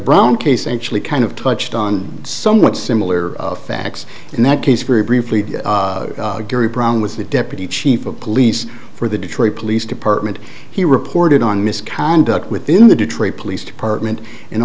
brown case actually kind of touched on somewhat similar facts in that case group briefly gary brown was the deputy chief of police for the detroit police department he reported on misconduct within the detroit police department and